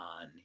on